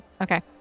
Okay